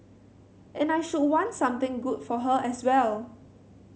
and I should want something good for her as well